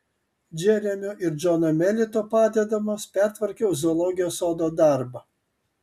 džeremio ir džono melito padedamas pertvarkiau zoologijos sodo darbą